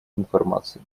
информации